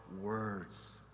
words